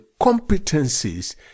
competencies